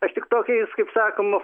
aš tik tokiais kaip sakoma